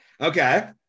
Okay